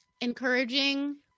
encouraging